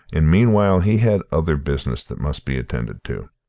and meanwhile he had other business that must be attended to.